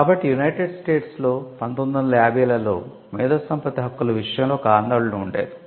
కాబట్టి United States లో 1950 లలో మేధోసంపత్తి హక్కుల విషయంలో ఒక ఆందోళన ఉండేది